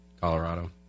Colorado